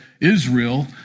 Israel